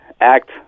act